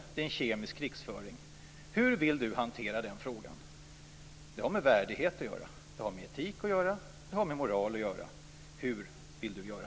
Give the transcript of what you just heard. Det är en kemisk krigföring. Hur vill Alf Svensson hantera den frågan? Det har med värdighet, etik och moral att göra. Hur vill han handla?